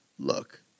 Look